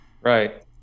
Right